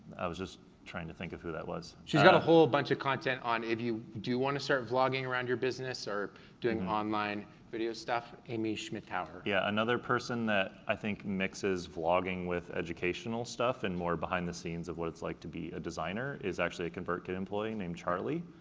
i was just trying to think of who that was. she's got a whole bunch of content, if you do want to start vlogging around your business, or doing online videos stuff, amy schmittauer. yeah another person that i think mixes vlogging with educational stuff and more behind the scenes of what it's like to be a designer, is actually a convertkit employee named charlie.